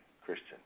Christian